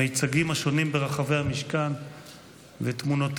המיצגים השונים ברחבי המשכן ותמונותיהם,